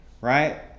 right